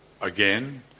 again